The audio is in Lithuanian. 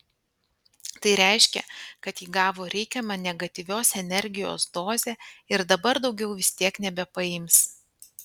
tai reiškia kad ji gavo reikiamą negatyvios energijos dozę ir dabar daugiau vis tiek nebepaims